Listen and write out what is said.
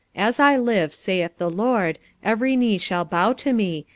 as i live, saith the lord, every knee shall bow to me,